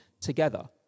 together